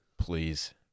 Please